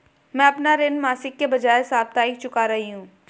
मैं अपना ऋण मासिक के बजाय साप्ताहिक चुका रही हूँ